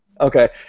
Okay